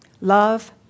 Love